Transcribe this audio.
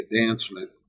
advancement